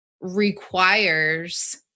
requires